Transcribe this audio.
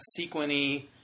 sequiny